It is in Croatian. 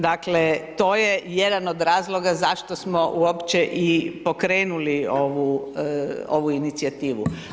Dakle to je jedan od razloga zašto smo uopće i pokrenuli ovu inicijativu.